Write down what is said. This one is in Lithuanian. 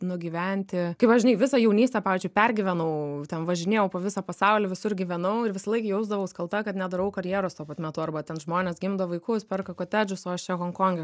nugyventi kaip aš žinai visą jaunystę pavyzdžiui pergyvenau ten važinėjau po visą pasaulį visur gyvenau ir visąlaik jausdavaus kalta kad nedarau karjeros tuo pat metu arba ten žmonės gimdo vaikus perka kotedžus o aš čia honkonge